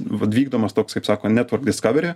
vat vykdomas toks kaip sako netvork diskavery